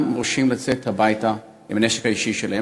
מורשים לצאת הביתה עם הנשק האישי שלהם.